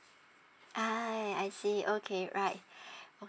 ah I see okay right